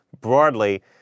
broadly